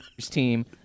team